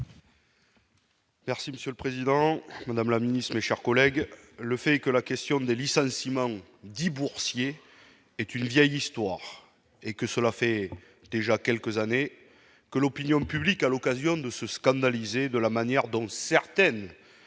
Merci Monsieur le Président, Madame la Ministre, mes chers collègues, le fait que la question des licenciements dits boursiers est une vieille histoire et que cela fait déjà quelques années que l'opinion publique à l'occasion de se scandaliser de la manière dont certaines